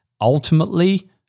ultimately